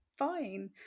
Fine